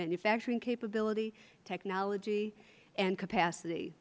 manufacturing capability technology and capacity